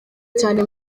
cyane